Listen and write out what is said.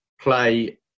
play